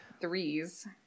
threes